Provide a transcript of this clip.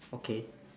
okay